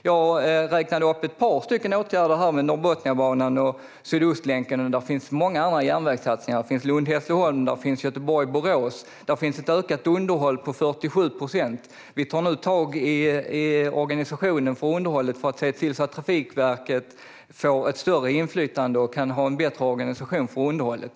Jag räknade upp ett par åtgärder - Norrbotniabanan och Sydostlänken - men det finns många andra järnvägssatsningar, såsom Lund-Hässleholm, Göteborg-Borås och en ökning av underhållet med 47 procent. Vi tar nu också tag i organisationen av underhållet för att se till att Trafikverket får ett större inflytande och kan ha en bättre organisation av underhållet.